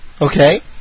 Okay